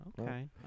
Okay